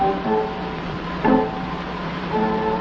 oh oh